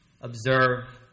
observe